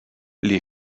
les